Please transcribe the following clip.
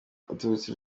aturutse